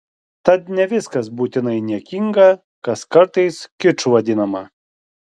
tad ne viskas būtinai niekinga kas kartais kiču vadinama